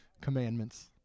commandments